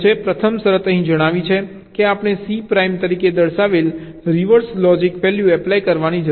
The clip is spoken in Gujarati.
પ્રથમ શરત અહીં જણાવે છે કે આપણે C પ્રાઇમ તરીકે દર્શાવેલ રિવર્સ લોજિક વેલ્યૂ એપ્લાય કરવાની જરૂર છે